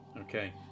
Okay